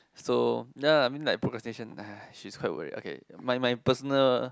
so ya I mean like procrastination !ah! she's quite worry okay my my personal